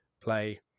play